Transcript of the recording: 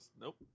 Nope